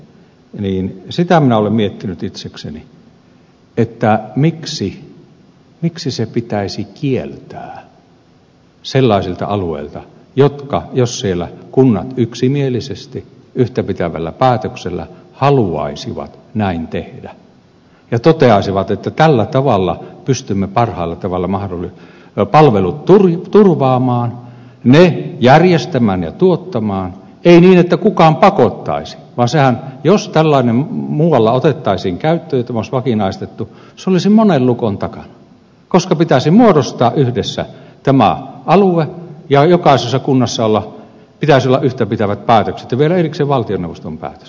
sitä minä olen miettinyt itsekseni että miksi se pitäisi kieltää sellaisilta alueilta missä kunnat yksimielisesti yhtäpitävällä päätöksellä haluaisivat näin tehdä ja toteaisivat että tällä tavalla pystymme parhaalla tavalla palvelut turvaamaan järjestämään ja tuottamaan ei niin että kukaan pakottaisi vaan jos tällainen muualla otettaisiin käyttöön ja tämä olisi vakinaistettu se olisi monen lukon takana koska pitäisi muodostaa yhdessä tämä alue ja jokaisessa kunnassa pitäisi olla yhtäpitävät päätökset ja vielä erikseen valtioneuvoston päätös